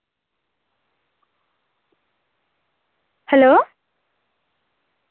hello